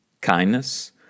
kindness